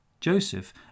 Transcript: Joseph